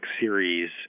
series